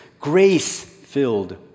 grace-filled